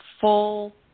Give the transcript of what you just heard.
full